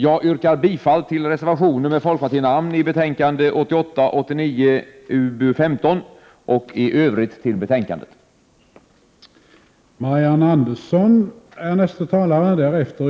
Jag yrkar bifall till de reservationer till betänkandet 1988/89:UbU15 som är undertecknade av folkpartister och i övrigt till utskottets hemställan.